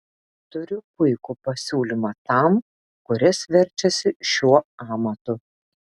turiu puikų pasiūlymą tam kuris verčiasi šiuo amatu